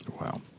Wow